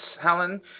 Helen